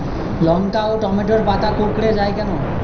লঙ্কা ও টমেটোর পাতা কুঁকড়ে য়ায় কেন?